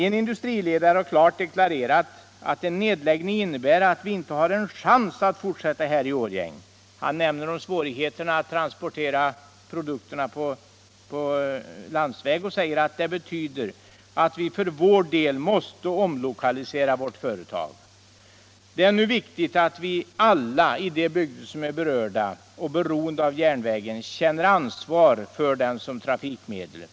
En industriledare har klart deklarerat: ”En nedläggning innebär att vi inte har en chans att fortsätta här i Årjäng.” Han nämner svårigheterna att transportera produkterna på landsväg och säger: ”Det betyder att vi för vår del måste omlokalisera vårt företag.” Det är nu viktigt att vi alla i de bygder som är berörda och som är beroende av järnvägen känner ansvar för den som trafikmedel.